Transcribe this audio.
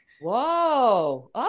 Whoa